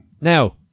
now